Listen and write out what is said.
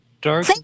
dark